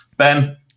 Ben